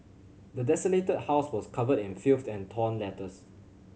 the desolated house was covered in filth and torn letters